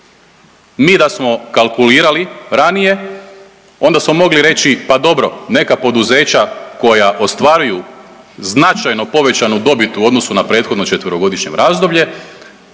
Mi da smo kalkulirali ranije onda smo mogli reći pa dobro neka poduzeća koja ostvaruju značajno povećanu dobit u odnosu na prethodno 4-godišnje razdoblje